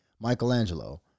Michelangelo